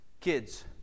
Kids